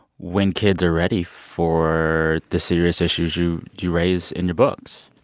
when kids are ready for the serious issues you you raise in your books?